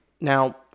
now